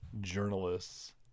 journalists